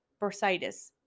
bursitis